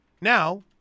Now